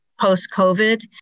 post-COVID